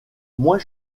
moins